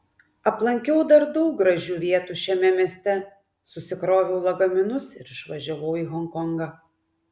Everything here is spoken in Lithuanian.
aplankiau dar daug gražių vietų šiame mieste susikroviau lagaminus ir išvažiavau į honkongą